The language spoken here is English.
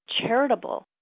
charitable